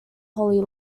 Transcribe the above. holy